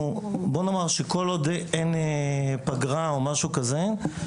כל עוד אין פגרה או משהו כזה,